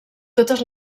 totes